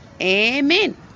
Amen